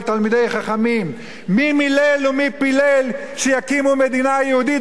מי מילל ומי פילל שיקימו מדינה יהודית בארץ-ישראל בשביל